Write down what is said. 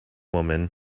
woman